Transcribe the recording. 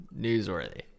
newsworthy